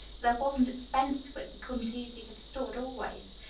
there wasn't expense to it we couldn't easy have stood, always.